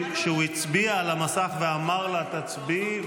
שהוא הצביע על המסך ואמר לה: תצביעי,